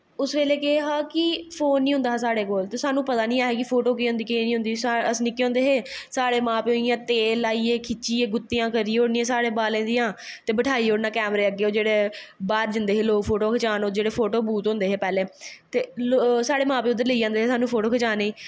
उस बेल्ले केह् हा कि फोन नी होंदा हा साढ़े कोल ते स्हानू पता नेंई ही कि फोटो केह् होंदी केह् नेंईं अस निक्के होंदे हे साढ़े मां प्यो तेल लाईयै खिच्चियै गुत्तां करी ओड़नियां बालें दियां ते बठाई ओड़नां कैमरे अग्गें ओह् जेह्के लोग पैह्लें बाह्र जंदे हे फोटो खचान फोटो बूथ होदे हे पैह्लें ते साढ़े मां प्यो उध्दर लेई जंदे हे फोटो खचानें गी